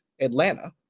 Atlanta